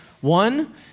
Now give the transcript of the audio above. One